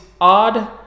odd